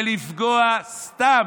לפגוע סתם,